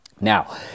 Now